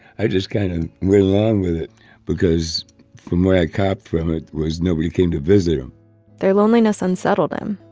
i just kind of went along with it because from what i copped from it was nobody came to visit them their loneliness unsettled him.